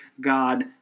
God